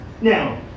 Now